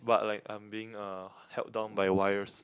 but like I'm being uh held down by wires